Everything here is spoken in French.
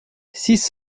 six